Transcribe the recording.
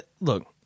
look